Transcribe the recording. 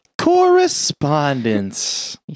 Correspondence